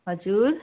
हजुर